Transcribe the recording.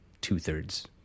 two-thirds